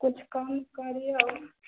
किछु कम करियौ